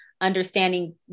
understanding